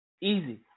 easy